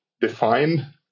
define